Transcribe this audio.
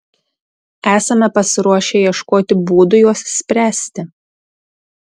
esame pasiruošę ieškoti būdų juos spręsti